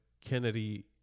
Kennedy